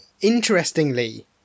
Interestingly